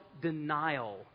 denial